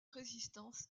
résistance